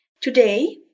Today